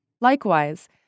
Likewise